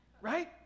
right